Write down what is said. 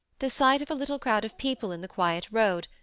the sight of a little crowd of people in the quiet road,